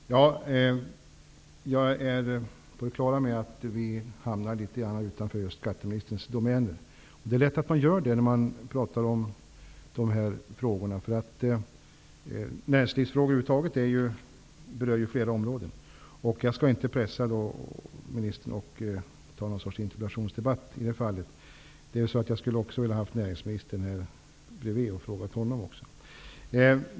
Fru talman! Jag är på det klara med att vi hamnat litet utanför skatteministerns domäner. Men det är lätt att man gör det när man talar om dessa ting. Näringslivsfrågor över huvud taget berör ju flera områden. Jag skall inte pressa skatteministern i något slags interpellationsdebatt. Jag skulle ha velat ha näringsministern här bredvid och frågat honom också.